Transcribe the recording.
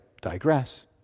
digress